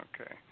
okay